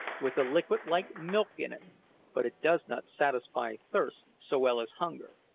with a liquid like milk in it but it does not satisfy thirst so well as hunger.